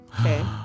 Okay